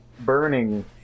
burning